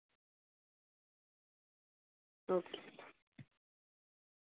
okay